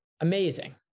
amazing